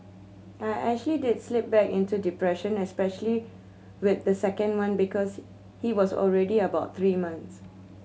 I actually did slip back into depression especially with the second one because he was already about three months